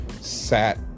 sat